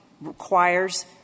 requires